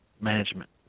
Management